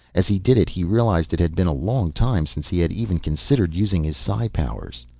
as he did it he realized it had been a long time since he had even considered using his psi powers.